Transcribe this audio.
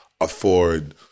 afford